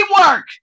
work